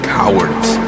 cowards